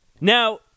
Now